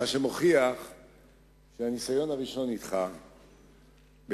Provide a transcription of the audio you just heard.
מה שמוכיח שהניסיון הראשון אתך בהחלט